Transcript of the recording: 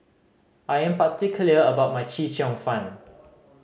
I am particular about my Chee Cheong Fun